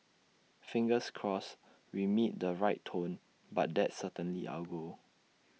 fingers crossed we meet the right tone but that's certainly our goal